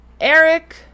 Eric